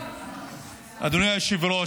אדוני היושב-ראש,